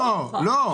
לא, לא.